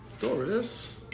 Doris